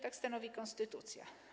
Tak stanowi konstytucja.